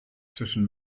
zwischen